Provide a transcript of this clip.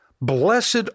blessed